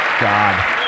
God